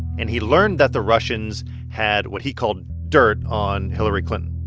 and he learned that the russians had what he called dirt on hillary clinton